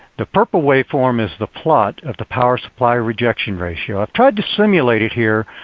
the purple waveform is the plot of the power supply rejection ratio. i tried to simulate it here